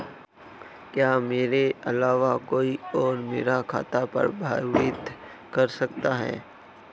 क्या मेरे अलावा कोई और मेरा खाता प्रबंधित कर सकता है?